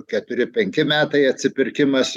keturi penki metai atsipirkimas